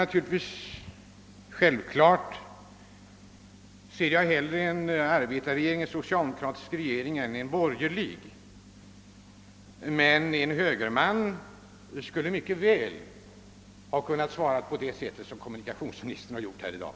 Naturligtvis ser jag hellre att vi har en socialdemokratisk regering än en borgerlig, men en högerman skulle mycket väl ha kunnat svara på det sätt som kommunikationsministern gjort i dag.